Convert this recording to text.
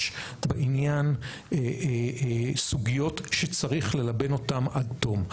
יש את העניין סוגיות שצריך ללבן אותן עד תום.